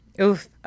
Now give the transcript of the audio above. Oof